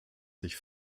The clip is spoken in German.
sich